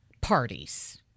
parties